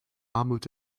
armut